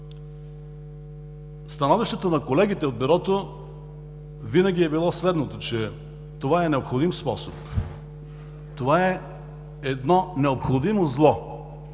становището на колегите от Бюрото винаги е било следното – това е необходим способ, това е едно необходимо зло